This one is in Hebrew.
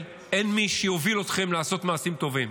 אין מי שיוביל אתכם לעשות מעשים טובים,